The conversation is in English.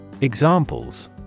Examples